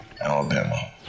Alabama